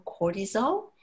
cortisol